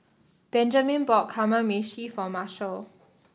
Benjman bought Kamameshi for Marshal